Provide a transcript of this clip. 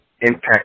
impact